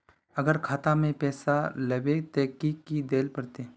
अगर खाता में पैसा लेबे ते की की देल पड़ते?